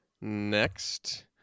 Next